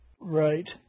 Right